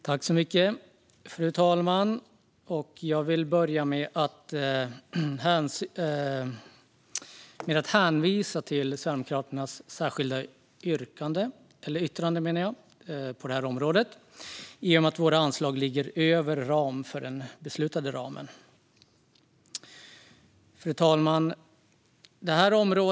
Fru talman! Jag vill börja med att hänvisa till Sverigedemokraternas särskilda yttrande på detta område, i och med att våra anslag ligger över den beslutade ramen. Fru talman!